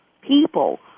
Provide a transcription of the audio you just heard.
people